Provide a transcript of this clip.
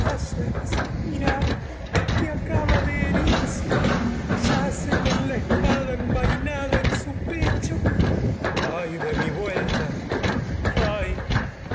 que en su acaba pecho de herirse yace con la espada envainada coro ay de mi vuelta